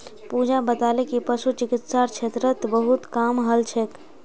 पूजा बताले कि पशु चिकित्सार क्षेत्रत बहुत काम हल छेक